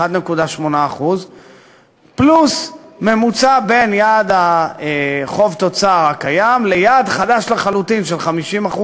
1.8% פלוס ממוצע בין יעד החוב תוצר הקיים ליעד חדש לחלוטין של 50%,